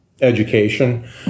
education